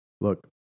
Look